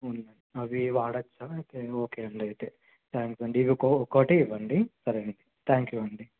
ఉందా అవి వాడవచ్చా ఓకే ఓకే అండి అయితే థ్యాంక్స్ అండి ఇవి ఒక ఒక్కోటే ఇవ్వండి సరేనండి థ్యాంక్ యూ అండి